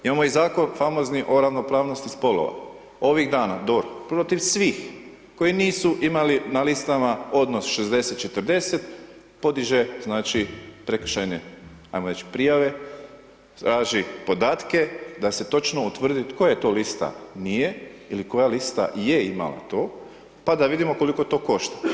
Imamo i zakon famozni o ravnopravnosti spolova, ovih dana DORH protiv svih koji nisu imali na listama odnos 60 40 podiže znači prekršajne ajmo reći prijave, traži podatke da se točno utvrdi koja to lista nije ili koja lista je imala to, pa da vidimo koliko to košta.